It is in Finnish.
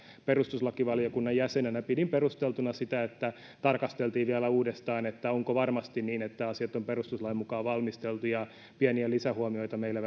perustuslakivaliokunnan jäsenenä pidin perusteltuna sitä että tarkasteltiin vielä uudestaan onko varmasti niin että asiat on perustuslain mukaan valmisteltu pieniä lisähuomioita meillä